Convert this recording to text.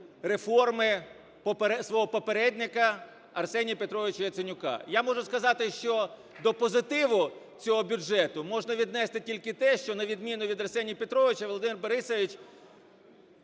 реформи свого попередника Арсенія Петровича Яценюка. Я можу сказати, що до позитиву цього бюджету можна віднести тільки те, що, на відміну від Арсенія Петровича, Володимир Борисович